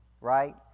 right